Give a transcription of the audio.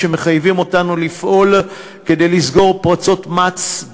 שמחייבים אותנו לפעול כדי לסגור פרצות מס,